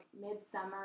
mid-summer